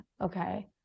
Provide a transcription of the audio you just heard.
Okay